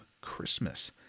Christmas